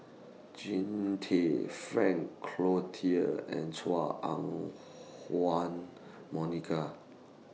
Jean Tay Frank Cloutier and Chua Monica